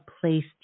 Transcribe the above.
place